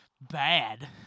bad